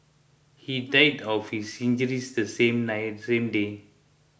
he died of his injuries the same night same day